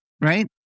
right